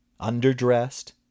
Underdressed